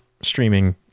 streaming